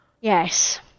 yes